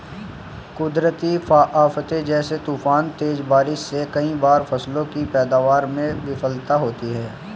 कुदरती आफ़ते जैसे तूफान, तेज बारिश से कई बार फसलों की पैदावार में विफलता होती है